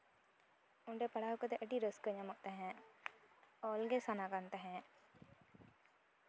ᱚᱸᱰᱮ ᱯᱟᱲᱦᱟᱣ ᱠᱟᱛᱮ ᱟᱹᱰᱤ ᱨᱟᱹᱥᱠᱟᱹ ᱧᱟᱢᱚᱜ ᱛᱟᱦᱮᱸᱜ ᱚᱞᱜᱮ ᱥᱟᱱᱟ ᱠᱟᱱ ᱛᱟᱦᱮᱸᱜ